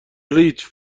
ریچ